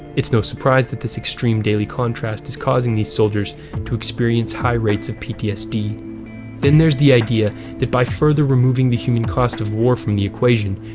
it's no surprise that this extreme daily contrast is causing these soldiers to experience high rates of ptsd. then there's the idea that by further removing the human cost of war from the equation,